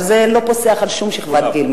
אבל זה לא פוסח על שום שכבת גיל,